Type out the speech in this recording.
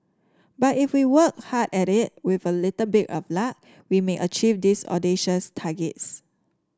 but if we work hard at it with a little bit of luck we may achieve these audacious targets